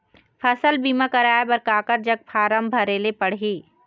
फसल बीमा कराए बर काकर जग फारम भरेले पड़ही?